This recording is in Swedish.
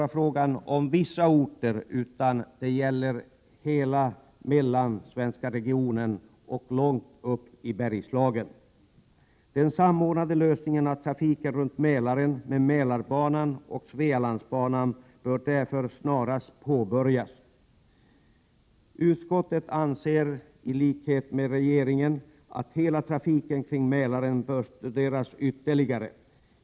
Det handlar inte bara om vissa orter, utan detta gäller hela den mellansvenska regionen, långt upp i Bergslagen. Den samordnade lösningen av trafiken runt Mälaren med Mälarbanan och Svealandsbanan bör därför snarast påbörjas. Utskottet anser i likhet med regeringen att hela trafiken kring Mälaren bör studeras ytterligare.